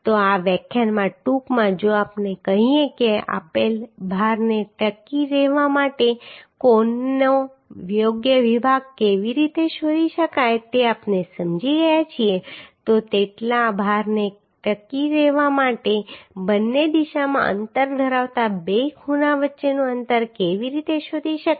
તો આ વ્યાખ્યાનમાં ટૂંકમાં જો આપણે કહીએ કે આપેલ ભારને ટકી રહેવા માટે કોણનો યોગ્ય વિભાગ કેવી રીતે શોધી શકાય તે આપણે સમજી ગયા છીએ તો તેટલા ભારને ટકી રહેવા માટે બંને દિશામાં અંતર ધરાવતા બે ખૂણા વચ્ચેનું અંતર કેવી રીતે શોધી શકાય